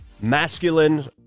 masculine